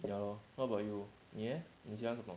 ya lor what about you yeah 你 leh 你 leh 你喜欢什么